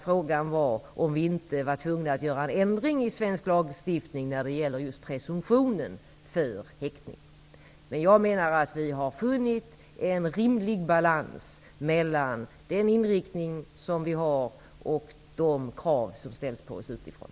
Frågan var om vi inte var tvungna att göra en ändring av svensk lagstiftning när det gäller just presumtionen för häktning. Jag menar att vi har funnit en rimlig balans mellan vår inriktning och de krav som ställs på oss utifrån.